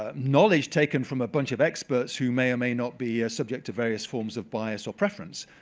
ah knowledge taken from a bunch of experts who may or may not be subject to various forms of bias or preference?